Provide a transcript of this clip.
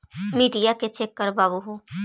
मिट्टीया के चेक करबाबहू?